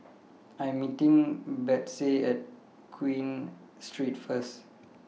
I Am meeting Betsey At Queen Street First